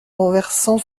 renversant